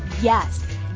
Yes